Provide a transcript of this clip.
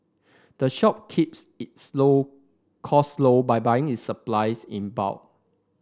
the shop keeps its low costs low by buying its supplies in bulk